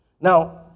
Now